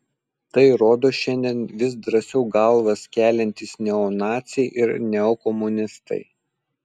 tai rodo šiandien vis drąsiau galvas keliantys neonaciai ir neokomunistai